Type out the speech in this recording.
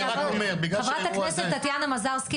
חבר הכנסת טטיאנה מזרסקי,